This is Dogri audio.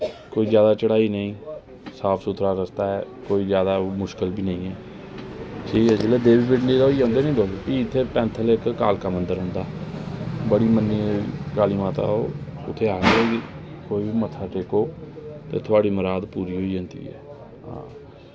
ते जादै चढ़ाई नेईं साफ सुथरा रस्ता ऐ ते कोई जादै मुश्कल बी निं ऐ जेल्लै देवी पिंडी दा होई जंदे निं भी उत्थैं पैंथल इक्क कालका मंदर औंदा बड़ी मन्नी दी काली माता ओह् ते आखदे कि कोई बी मत्था टेको ते थुआढ़ी मुराद पूरी होई जंदी ऐ